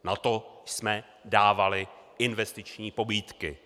Na to jsme dávali investiční pobídky!